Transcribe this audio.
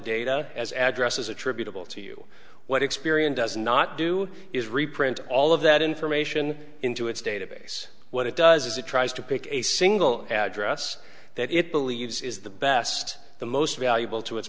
data as addresses attributable to you what experian does not do is reprint all of that information into its database what it does is it tries to pick a single address that it believes is the best the most valuable to its